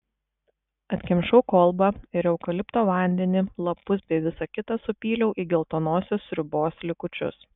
atkimšau kolbą ir eukalipto vandenį lapus bei visa kita supyliau į geltonosios sriubos likučius